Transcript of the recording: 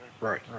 right